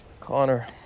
Connor